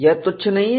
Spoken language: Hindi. यह तुच्छ नहीं है